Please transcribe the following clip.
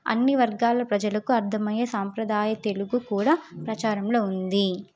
అన్ని వర్గాల ప్రజలకు అర్థం అయ్యే సాంప్రదాయ తెలుగు కూడా ప్రచారంలో ఉంది